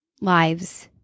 lives